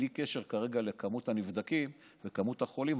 בלי קשר כרגע לכמות הנבדקים וכמות החולים,